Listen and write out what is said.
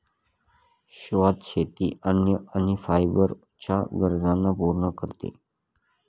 शाश्वत शेती अन्न आणि फायबर च्या गरजांना पूर्ण करते